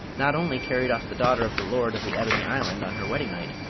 not only carried off the daughter of the lord of the ebony island on her wedding night,